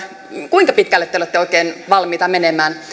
kuinka pitkälle te olette oikein valmiita menemään